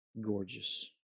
gorgeous